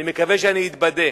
אני מקווה שאני אתבדה.